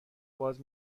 باز